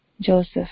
Joseph